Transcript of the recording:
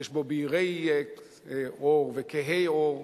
יש בו בהירי עור וכהי עור,